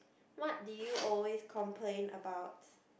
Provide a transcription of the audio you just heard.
what do you always complain about